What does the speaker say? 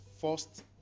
first